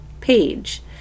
Page